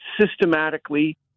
systematically